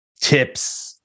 tips